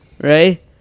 right